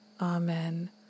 amen